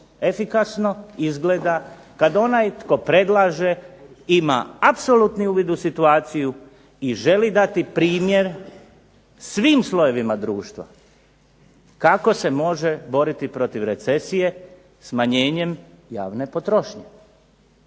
efikasno izgleda kad onaj tko predlaže ima apsolutni uvid u situaciju i želi dati primjer svim slojevima društva kako se može boriti protiv recesije smanjenjem javne potrošnje.